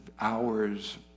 hours